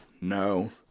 No